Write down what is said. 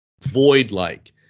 void-like